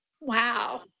wow